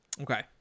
okay